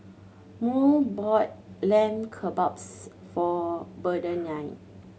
Murl bought Lamb Kebabs for Bernardine